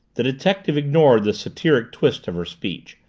the detective ignored the satiric twist of her speech,